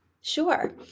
Sure